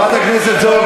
טוב שהעולם